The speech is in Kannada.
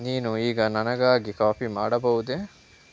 ನೀನು ಈಗ ನನಗಾಗಿ ಕಾಫಿ ಮಾಡಬಹುದೇ